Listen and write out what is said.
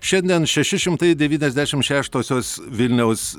šiandien šeši šimtai devyniasdešim šeštosios vilniaus